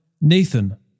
Nathan